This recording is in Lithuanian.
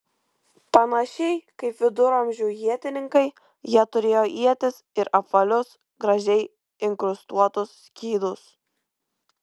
panašiai kaip viduramžių ietininkai jie turėjo ietis ir apvalius gražiai inkrustuotus skydus